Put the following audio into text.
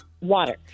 Water